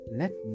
let